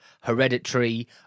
hereditary